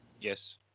Yes